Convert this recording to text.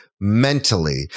Mentally